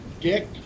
Dick